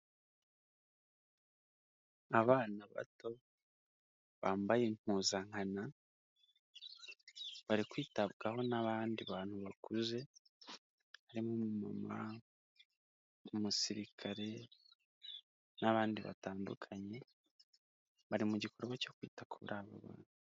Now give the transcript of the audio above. Abana bato bambaye impuzankano, bari kwitabwaho n'abandi bantu bakuze, harimo umumama, umusirikare n'abandi batandukanye, bari mu gikorwa cyo kwita kuri aba bana.